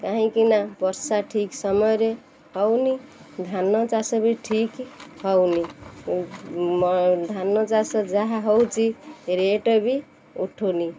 କାହିଁକି ନା ବର୍ଷା ଠିକ୍ ସମୟରେ ହେଉନି ଧାନ ଚାଷ ବି ଠିକ୍ ହେଉନି ଧାନ ଚାଷ ଯାହା ହେଉଛି ରେଟ୍ବି ଉଠୁନି